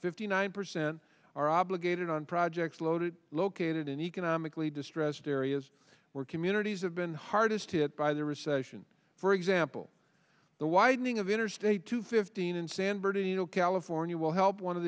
fifty nine percent are obligated on projects loaded located in economically distressed areas where communities have been hardest hit by the recession for example the widening of interstate two fifteen in san bernardino california will help